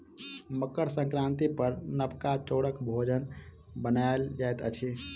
मकर संक्रांति पर नबका चौरक भोजन बनायल जाइत अछि